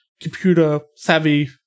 computer-savvy